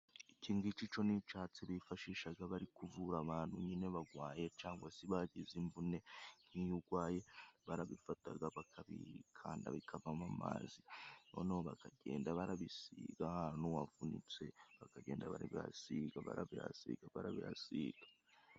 Iki ng' ici co ni icatsi bifashishaga bari kuvura abantu nyine bagwaye cyangwa se bagize imvune. Nk'iyo ugwaye barabifataga, bakabikanda bikavamo amazi noneho bakagenda barabisiga ahantu wavunitse bakagenda barabihasiga, barabihasiga, barabihasiga.